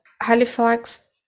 Halifax